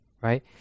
right